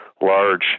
large